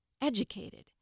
educated